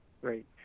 Great